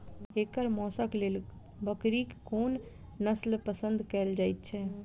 एकर मौशक लेल बकरीक कोन नसल पसंद कैल जाइ छै?